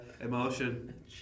emotion